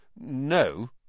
No